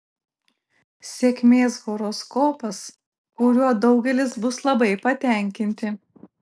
sėkmės horoskopas kuriuo daugelis bus labai patenkinti